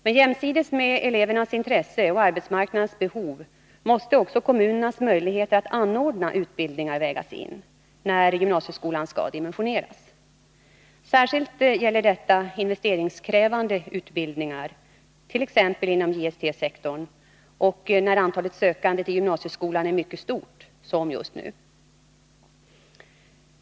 Men jämsides med elevernas intresse och arbetsmarknadens behov måste också kommunernas möjligheter att anordna utbildningar vägas in, när gymnasieskolan skall dimensioneras. Särskilt gäller detta investeringskrävande utbildningar, t.ex. inom JST-sektorn, och när antalet sökande till gymnasieskolan är mycket stort, som just nu.